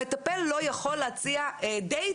המטפל לא יכול להציע דייט,